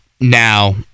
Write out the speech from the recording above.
now